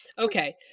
Okay